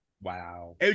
Wow